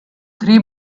three